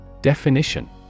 Definition